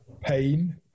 pain